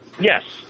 Yes